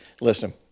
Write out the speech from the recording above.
Listen